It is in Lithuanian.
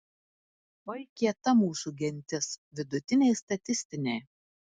oi kieta mūsų gentis vidutiniai statistiniai